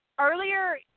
earlier